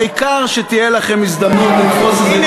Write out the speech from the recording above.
העיקר שתהיה לכם הזדמנות לתפוס איזה כותרת בעיתון,